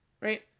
Right